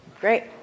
great